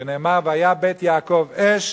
כנאמר: והיה בית יעקב אש